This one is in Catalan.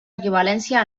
equivalència